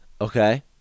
okay